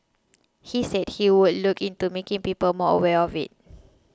he said he would look into making people more aware of it